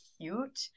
cute